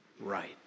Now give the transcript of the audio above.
right